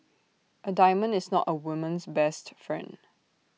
A diamond is not A woman's best friend